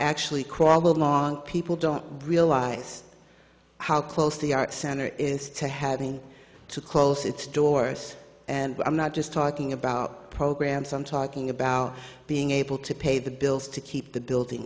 actually crawl along people don't realize how close the art center is to having to close its doors and i'm not just talking about programs i'm talking about being able to pay the bills to keep the building